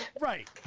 Right